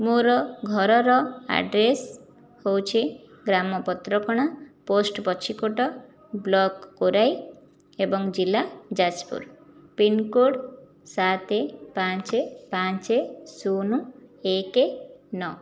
ମୋର ଘରର ଆଡ୍ରେସ୍ ହେଉଛି ଗ୍ରାମ ପତ୍ରକଣା ପୋଷ୍ଟ ପଛିକୋଟ ବ୍ଲକ୍ କୋରାଇ ଏବଂ ଜିଲ୍ଲା ଯାଜପୁର ପିନ୍ କୋଡ୍ ସାତ ପାଞ୍ଚ ପାଞ୍ଚ ଶୂନ ଏକ ନଅ